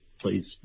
please